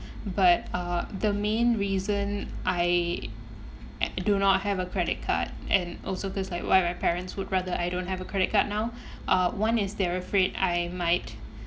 but uh the main reason I a~ do not have a credit card and also cause like why my parents would rather I don't have a credit card now uh one is they're afraid I might